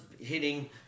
hitting